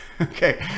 Okay